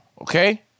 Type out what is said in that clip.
Okay